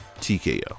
TKO